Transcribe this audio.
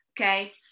Okay